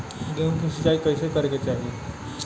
गेहूँ के सिंचाई कइसे करे के चाही?